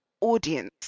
audience